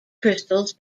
crystals